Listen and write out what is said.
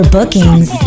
bookings